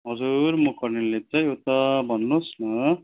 हजुर म कर्णेल लेप्चै हो त भन्नुहोस् न